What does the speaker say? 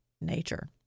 nature